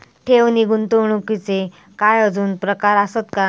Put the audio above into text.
ठेव नी गुंतवणूकचे काय आजुन प्रकार आसत काय?